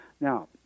Now